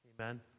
Amen